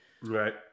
Right